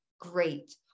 Great